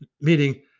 Meaning